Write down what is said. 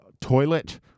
toilet